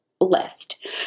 list